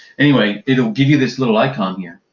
anyway, it will give you this little icon here.